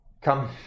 Come